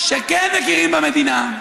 שכן מכירים במדינה,